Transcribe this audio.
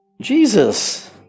Jesus